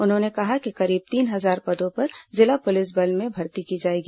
उन्होंने कहा कि करीब तीन हजार पदों पर जिला पुलिस बल में भर्ती की जाएगी